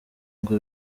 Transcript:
ngo